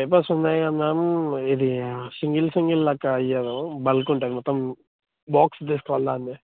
papers ఉన్నాయి కానీ ma'am ఇది సింగల్ సింగల్ లెక్క ఇవ్వను బల్క్ ఉంటుంది మొత్తం బాక్స్ తీసుకోవాలి దానిది